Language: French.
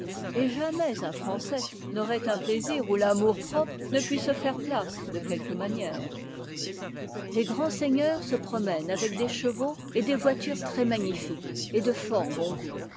et jamais un français n'aurait un plaisir où l'amourpropre ne pût se faire place de quelque manière les grands seigneurs se promènent avec des chevaux et des voitures très magniuques et de fort bon goût